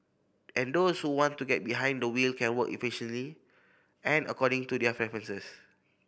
and those who want to get behind the wheel can work efficiently and according to their preferences